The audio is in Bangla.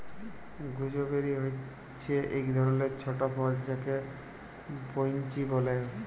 গুজবেরি হচ্যে এক ধরলের ছট ফল যাকে বৈনচি ব্যলে